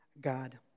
God